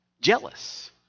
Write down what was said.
jealous